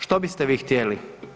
Što biste vi htjeli?